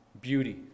beauty